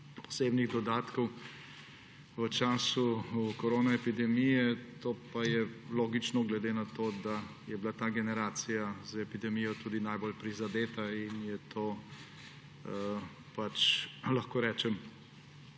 posebnih dodatkov v času korona epidemije. To pa je logično, ker je bila ta generacija z epidemijo tudi najbolj prizadeta in je to, lahko rečem,